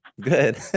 Good